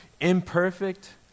Imperfect